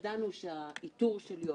גם שמרנו על נהלים,